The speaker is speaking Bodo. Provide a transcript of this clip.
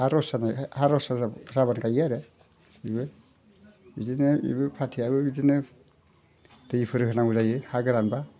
हा रस जानायखाय हा रस जाबानो गायो आरो बेबो बिदिनो बेबो फाथैयाबो बिदिनो दैफोर होनांगौ जायो हा गोरानबा